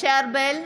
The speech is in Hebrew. משה ארבל,